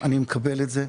אני מקבל את זה.